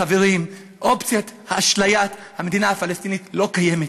חברים, אופציית אשליית המדינה הפלסטינית לא קיימת.